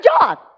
job